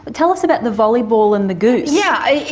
but tell us about the volleyball and the goose. yeah